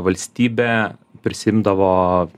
valstybė prisiimdavo